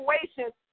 situations